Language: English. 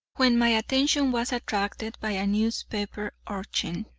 when my attention was attracted by a newspaper urchin,